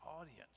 audience